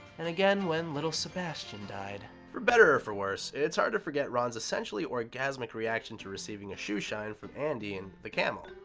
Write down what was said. and again when little sebastian died. for better or worse, it's hard to forget ron's essentially orgasmic reaction to receiving a shoe shine from andy in the camel.